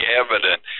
evident